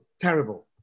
terrible